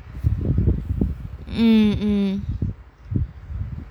mm mm